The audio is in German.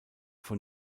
von